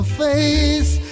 face